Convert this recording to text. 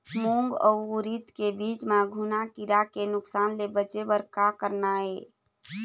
मूंग अउ उरीद के बीज म घुना किरा के नुकसान ले बचे बर का करना ये?